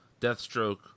Deathstroke